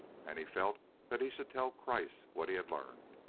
and he felt that he should tell kreiss what he had learned.